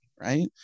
right